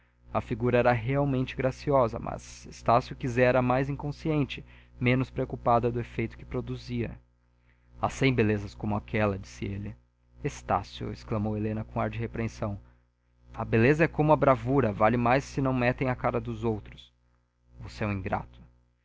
a figura era realmente graciosa mas estácio quisera a mais inconsciente menos preocupada do efeito que produzia há cem belezas como aquela disse ele estácio exclamou helena com ar de repreensão a beleza é como a bravura vale mais se não a metem à cara dos outros você é um ingrato